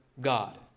God